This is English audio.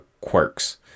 quirks